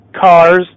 cars